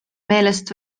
meelest